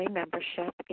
membership